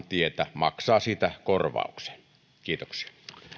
tietä maksaa siitä korvauksen kiitoksia